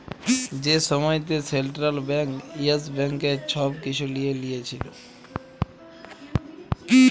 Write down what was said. যে সময়তে central bank yes ব্যাংকের ছব কিছু লিঁয়ে লিয়েছিল